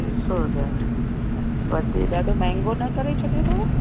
टे सौ रुपया वधे ॾाढो महांगो न करे छॾियो अथव